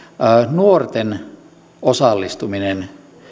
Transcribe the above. nuorten osallistuminen